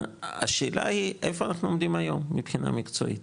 השאלה היא איפה אנחנו עומדים היום מבחינה מקצועית,